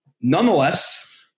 Nonetheless